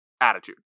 attitude